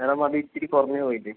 madam അതിച്ചിരി കുറഞ്ഞു പോയില്ലേ